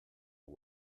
but